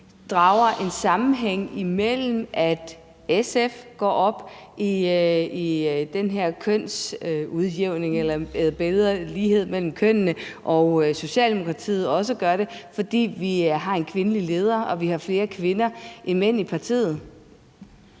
drager en sammenhæng mellem det, at SF går op i at skabe bedre lighed mellem kønnene og Socialdemokratiet også gør det, og det, at vi har en kvindelig ledere og har flere kvinder end mænd i partiet?